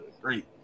great